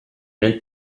nel